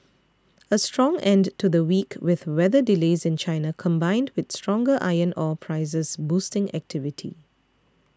a strong end to the week with weather delays in China combined with stronger iron ore prices boosting activity